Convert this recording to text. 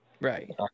Right